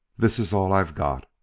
this is all i've got.